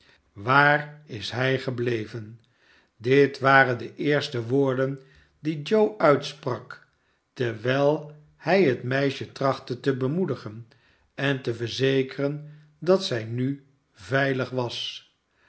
waar is hij gebleven dit waren de eerste woorden die joe uitsprak terwijl hij het meisje trachtte te bemoedigen en te verzekeren dat zij nu veilig was